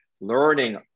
learning